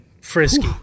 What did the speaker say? frisky